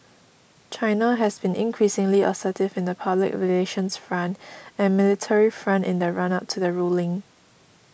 China has been increasingly assertive in the public relations front and military front in the run up to the ruling